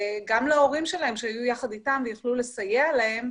גם להורים שלהם שהיו יחד אתם ויכלו לסייע להם,